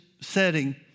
setting